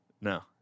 No